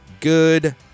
Good